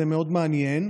זה מאוד מעניין.